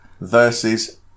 Versus